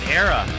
era